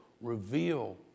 reveal